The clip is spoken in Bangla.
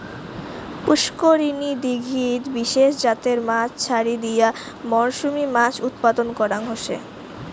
পুষ্করিনী, দীঘিত বিশেষ জাতের মাছ ছাড়ি দিয়া মরসুমী মাছ উৎপাদন করাং হসে